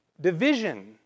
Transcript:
division